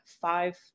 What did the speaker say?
five